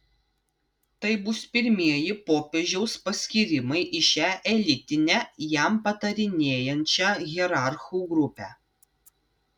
tai bus pirmieji popiežiaus paskyrimai į šią elitinę jam patarinėjančią hierarchų grupę